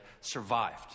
survived